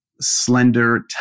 slender